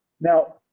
Now